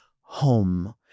Home